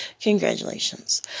Congratulations